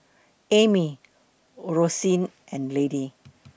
Amy Roseanne and Lady